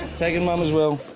taking mum as well.